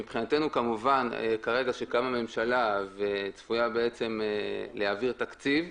מבחינתנו, כשקמה ממשלה וצפויה להעביר תקציב,